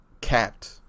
capped